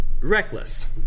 reckless